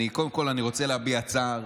קודם כול, אני רוצה להביע צער